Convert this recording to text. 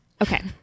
Okay